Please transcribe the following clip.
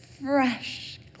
fresh